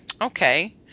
okay